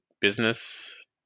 business